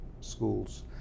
schools